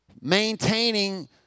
Maintaining